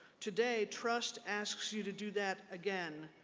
today trust asks you to do that again.